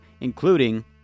including